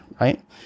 right